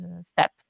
step